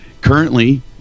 Currently